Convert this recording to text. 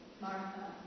Martha